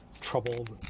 troubled